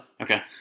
Okay